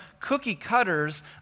cookie-cutters